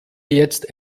jetzt